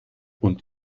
und